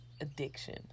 addiction